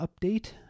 update